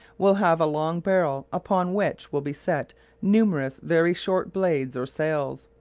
will have a long barrel upon which will be set numerous very short blades or sails.